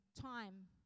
time